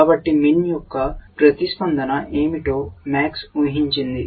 కాబట్టి MIN యొక్క ప్రతిస్పందన ఏమిటో MAX ఊహించింది